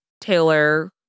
Taylor